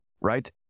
right